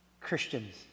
Christians